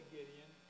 Gideon